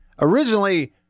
Originally